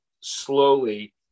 slowly